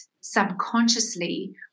subconsciously